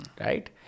right